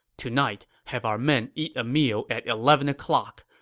tonight, have our men eat a meal at eleven o'clock.